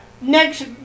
next